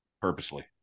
purposely